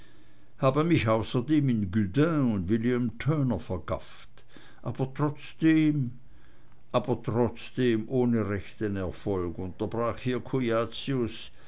habe mich außerdem in gudin und william turner vergafft aber trotzdem aber trotzdem ohne rechten erfolg unterbrach